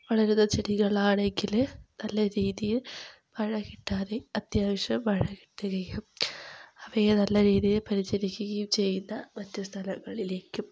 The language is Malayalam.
വളരുന്ന ചെടികളാണെങ്കിൽ നല്ല രീതിയിൽ മഴ കിട്ടാതേെയും അത്യാവശ്യം മഴ കിട്ടുകയും അവയെ നല്ല രീതിയിൽ പരിചരിക്കുകയും ചെയ്യുന്ന മറ്റു സ്ഥലങ്ങളിലേക്കും